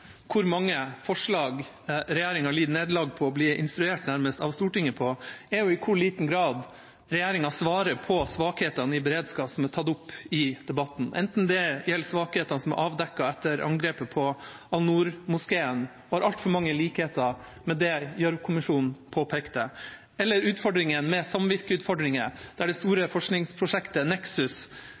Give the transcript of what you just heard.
hvor mange forslag regjeringa lider nederlag og nærmest blir instruert av Stortinget på, er i hvor liten grad regjeringa svarer på svakhetene i beredskap som er tatt opp i debatten. Det kan gjelde svakheter som er avdekket etter angrepet på Al-Noor-moskeen – og som har altfor mange likheter med det Gjørv-kommisjonen påpekte – eller det gjelder samvirkeutfordringer, der det store forskningsprosjektet